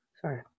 Sorry